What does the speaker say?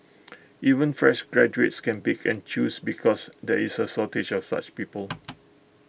even fresh graduates can pick and choose because there is A shortage of such people